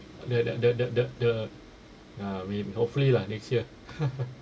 the the the the the the ah we hopefully lah next year